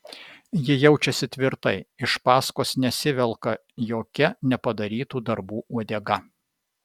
ji jaučiasi tvirtai iš paskos nesivelka jokia nepadarytų darbų uodega